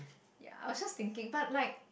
ya I'm just thinking but like